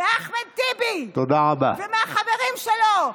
מאחמד טיבי ומהחברים שלו.